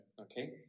Okay